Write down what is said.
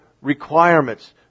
requirements